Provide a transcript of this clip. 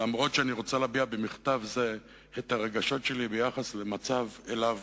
למרות שאני רוצה להביע במכתב זה את הרגשות שלי ביחס למצב אליו